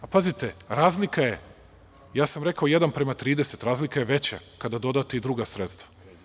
Pazite, razlika je, ja sam rekao 1:30, razlika je veća kada dodate i druga sredstva.